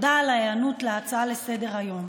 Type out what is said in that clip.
תודה על ההיענות להצעה לסדר-היום.